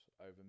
over